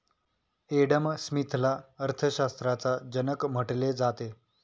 Adam स्मिथला अर्थशास्त्राचा जनक म्हटले जाते